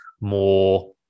more